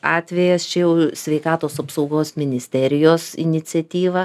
atvejas čia jau sveikatos apsaugos ministerijos iniciatyva